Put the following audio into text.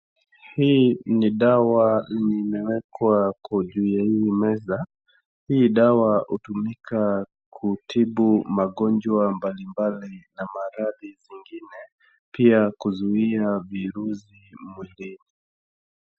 Hii ni dawa limewekwa kwa juu ya hii meza. Hii dawa hutumika kutibu magonjwa mbalimbali na maradhi zingine pia kuzuia virusi mwilini.